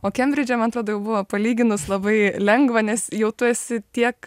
o kembridže man atrodo jau buvo palyginus labai lengva nes jau tu esi tiek